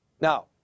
Now